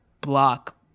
block